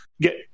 get